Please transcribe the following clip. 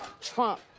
Trump